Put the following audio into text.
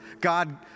God